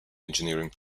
engineering